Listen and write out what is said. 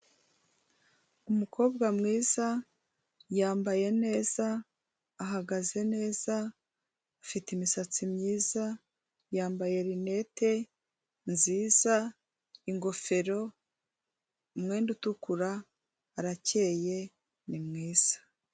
Umukobwa mwiza, yambaye neza, ahagaze neza, afite imisatsi myiza, yambaye rinete nziza, ingofero, umwenda utukura, arakeye, ni mwiza.